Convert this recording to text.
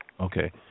Okay